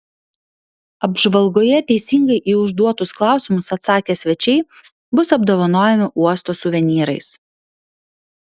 apžvalgoje teisingai į užduotus klausimus atsakę svečiai bus apdovanojami uosto suvenyrais